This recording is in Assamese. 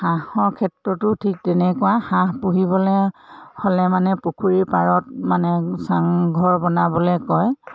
হাঁহৰ ক্ষেত্ৰতো ঠিক তেনেকুৱা হাঁহ পোহিবলৈ হ'লে মানে পুখুৰী পাৰত মানে চাংঘৰ বনাবলৈ কয়